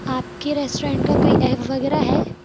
आपके रेस्टोरेंट का कोई ऐप वगैरह है